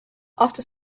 after